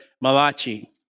Malachi